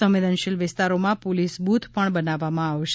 સંવેદનશીલ વિસ્તારોમાં police booth પણ બનાવવામાં આવશે